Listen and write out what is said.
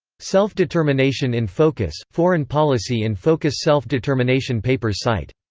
self determination in focus, foreign policy in focus self-determination papers site.